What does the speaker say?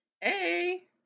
Hey